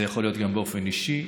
זה יכול להיות גם באופן אישי,